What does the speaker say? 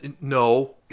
No